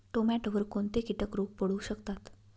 टोमॅटोवर कोणते किटक रोग पडू शकतात?